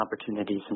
opportunities